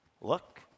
look